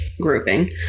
grouping